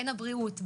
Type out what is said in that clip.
הן הבריאות,